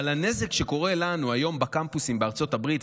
אבל הנזק שקורה לנו היום בקמפוסים בארצות הברית,